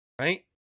right